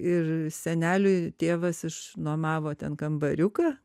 ir seneliui tėvas išnuomavo ten kambariuką